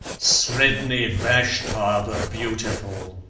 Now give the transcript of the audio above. sredni vashtar the beautiful.